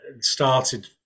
started